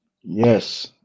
Yes